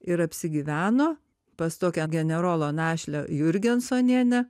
ir apsigyveno pas tokią generolo našlę jurgensonienę